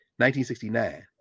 1969